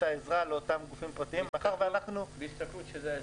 מתוך הסתכלות שזה עסק.